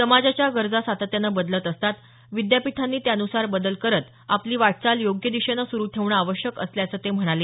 समाजाच्या गरजा सातत्यानं बदलत असतात विद्यापीठांनी त्यानुसार बदल करत आपली वाटचाल योग्य दिशेने सुरू ठेवणं आवश्यक असल्याचं ते म्हणाले